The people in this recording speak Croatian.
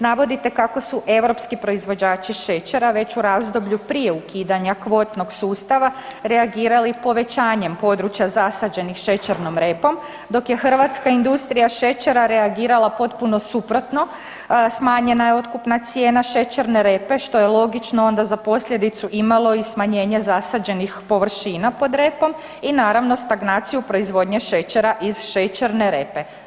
Navodite kako su europski proizvođači šećera već u razdoblju prije ukidanja kvotnog sustava reagirali povećanjem područja zasađenih šećernom repom, dok je hrvatska industrija šećera reagirala potpuno suprotno, smanjena je otkupna cijena šećerne repe, što je logično onda za posljedicu imalo i smanjenje zasađenih površina pod repom i naravno, stagnaciju proizvodnje šećera iz šećerne repe.